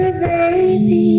baby